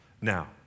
now